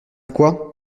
quoi